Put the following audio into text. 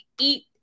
Eat